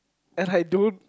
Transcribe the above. and I don't